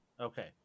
Okay